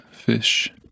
fish